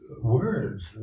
words